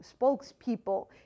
spokespeople